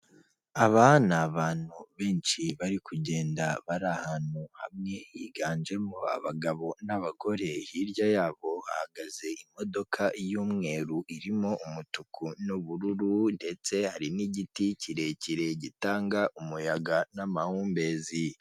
Aba ni abantu benshi bari kugenda bari ahantu hamwe, higanjemo abagabo n'abagore, hirya yabo hahagaze imodoka y'umweru irimo umutuku n'ubururu ndetse hari n'igiti kirekire gitanga umuyaga n'amahumbezi.